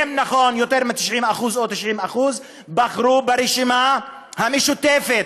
והם, נכון, יותר מ-90% בחרו ברשימה המשותפת.